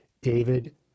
David